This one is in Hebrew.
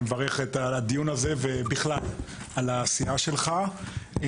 אני מברך על הדיון הזה ובכלל על העשייה שלך.